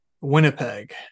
Winnipeg